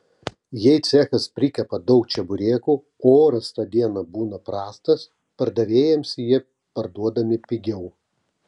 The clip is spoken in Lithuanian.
jei cechas prikepa daug čeburekų o oras tą dieną būna prastas pardavėjams jie parduodami pigiau